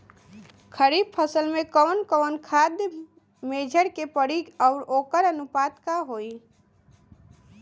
खरीफ फसल में कवन कवन खाद्य मेझर के पड़ी अउर वोकर अनुपात का होई?